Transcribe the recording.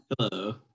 Hello